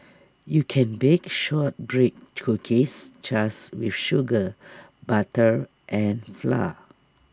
you can bake Shortbread Cookies just with sugar butter and flour